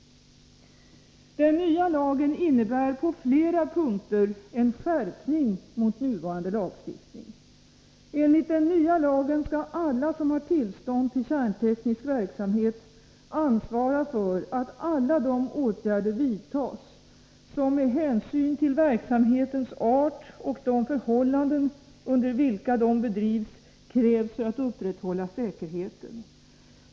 Den nya lagen innebär på flera punkter en skärpning jämfört med nuvarande lagstiftning. Enligt den nya lagen skall alla som har tillstånd att bedriva kärnteknisk verksamhet ansvara för att alla de åtgärder vidtas som, med hänsyn till verksamhetens art och de förhållanden under vilka den bedrivs, krävs för att upprätthålla säkerheten.